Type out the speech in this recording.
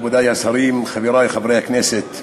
מכובדי השרים, חברי חברי הכנסת,